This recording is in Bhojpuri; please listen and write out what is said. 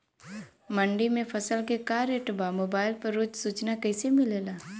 मंडी में फसल के का रेट बा मोबाइल पर रोज सूचना कैसे मिलेला?